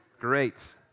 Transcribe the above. Great